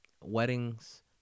weddings